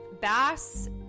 Bass